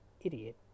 idiot